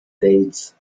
dates